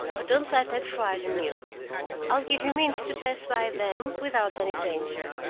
but don't let that frighten you i'll give you means to pass by them without any danger.